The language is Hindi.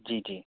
जी जी